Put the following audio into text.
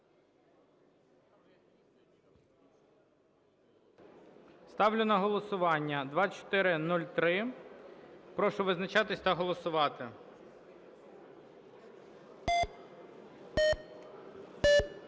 Ставлю на голосування 2410. Прошу визначатись та голосувати.